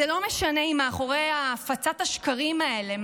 זה לא משנה אם מאחורי הפצת השקרים האלה,